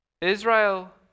Israel